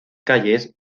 calles